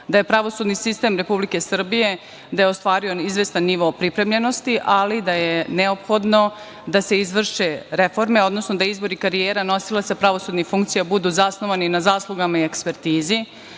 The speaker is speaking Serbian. da je pravosudni sistem Republike Srbije da je ostvario izvestan nivo pripremljenosti, ali da je neophodno da se izvrše reforme, odnosno da izbori karijera nosilaca pravosudnih funkcija budu zasnovani na zaslugama i ekspertizi,